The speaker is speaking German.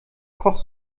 koch